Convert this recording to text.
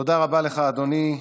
תודה רבה לך, אדוני.